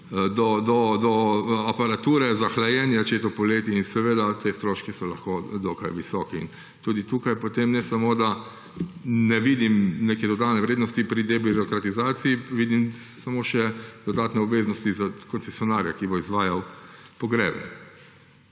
do aparature za hlajenje, če je to poleti. In seveda so ti stroški lahko dokaj visoki. In tudi tukaj potem ne samo, da ne vidim neke dodane vrednosti pri debirokratizaciji, vidim samo še dodatne obveznosti za koncesionarja, ki bo izvajal pogrebe.